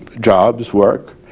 jobs, work.